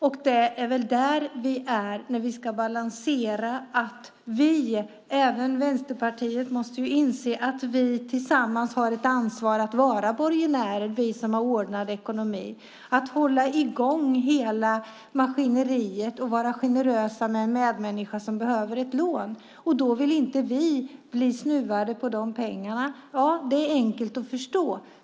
Även Vänsterpartiet måste inse att vi som har ordnad ekonomi tillsammans har ett ansvar att vara borgenärer, att hålla i gång hela maskineriet och vara generösa mot en medmänniska som behöver ett lån, och då vill inte vi bli snuvade på de pengarna. Ja, det är enkelt att förstå.